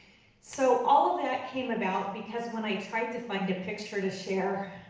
so all that came about because when i tried to find a picture to share,